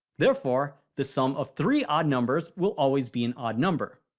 therefore, the sum of three odd numbers will always be an odd number.